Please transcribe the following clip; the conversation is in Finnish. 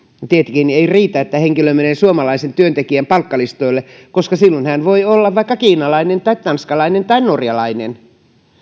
tietenkään ei riitä että henkilö menee suomalaisen työnantajan palkkalistoille koska silloin hän voi olla vaikka kiinalainen tai tanskalainen tai norjalainen